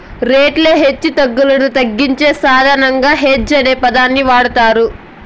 రేట్ల హెచ్చుతగ్గులను తగ్గించే సాధనంగా హెడ్జ్ అనే పదాన్ని వాడతారు